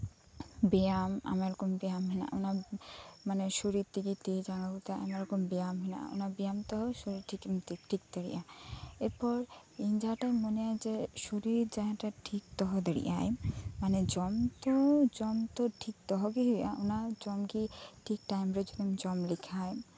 ᱵᱮᱭᱟᱢ ᱟᱭᱢᱟ ᱨᱚᱠᱚᱢ ᱵᱮᱭᱟᱢ ᱦᱮᱱᱟᱜᱼᱟ ᱢᱟᱱᱮ ᱥᱚᱨᱤᱨ ᱛᱷᱮᱠᱮ ᱛᱤ ᱡᱟᱸᱜᱟ ᱠᱚᱛᱮ ᱟᱭᱢᱟ ᱨᱚᱠᱚᱢ ᱵᱮᱭᱟᱢ ᱦᱮᱱᱟᱜᱼᱟ ᱵᱮᱭᱟᱢ ᱛᱮᱦᱚᱸ ᱥᱚᱨᱤᱨᱮᱢ ᱴᱷᱤᱠ ᱫᱟᱲᱮᱭᱟᱜᱼᱟ ᱮᱨᱯᱚᱨ ᱤᱧ ᱡᱟᱦᱟᱸᱴᱟᱜ ᱢᱚᱱᱮᱭᱟ ᱡᱮ ᱥᱚᱨᱤᱨ ᱴᱷᱤᱠ ᱫᱚᱦᱚ ᱫᱟᱲᱮᱭᱟᱜ ᱟᱹᱧ ᱢᱟᱱᱮ ᱡᱚᱢ ᱛᱚ ᱡᱚᱢ ᱴᱷᱤᱠ ᱫᱚᱦᱚ ᱜᱮ ᱦᱩᱭᱩᱜᱼᱟ ᱚᱱᱟ ᱡᱚᱢ ᱜᱮ ᱴᱷᱤᱠ ᱴᱟᱭᱤᱢ ᱨᱮ ᱡᱩᱫᱤᱢ ᱡᱚᱢ ᱞᱮᱠᱷᱟᱡ